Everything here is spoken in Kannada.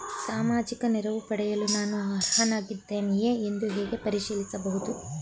ಸಾಮಾಜಿಕ ನೆರವು ಪಡೆಯಲು ನಾನು ಅರ್ಹನಾಗಿದ್ದೇನೆಯೇ ಎಂದು ಹೇಗೆ ಪರಿಶೀಲಿಸಬಹುದು?